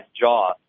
jaw